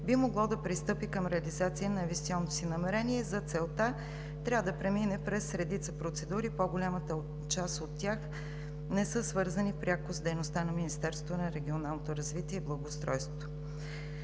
би могло да пристъпи към реализация на инвестиционното си намерение. За целта трябва да премине през редица процедури и по-голямата част от тях пряко не са свързани с дейността на Министерството на регионалното развитие и благоустройството.